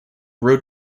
road